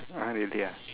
!huh! really ah